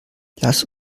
lass